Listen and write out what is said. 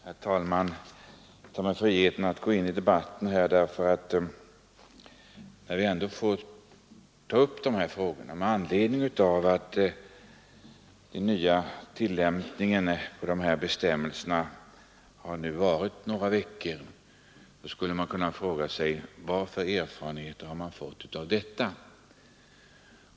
Herr talman! Jag tar mig friheten att gå in i debatten när vi ändå tar upp de här frågorna. Med anledning av att de nya bestämmelserna nu tillämpats några veckor skulle man kunna fråga sig: Vilka erfarenheter har vi fått av detta?